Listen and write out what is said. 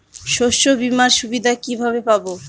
শস্যবিমার সুবিধা কিভাবে পাবো?